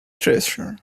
treasure